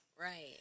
Right